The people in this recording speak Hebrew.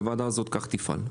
והוועדה הזו כך תפעל.